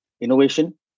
innovation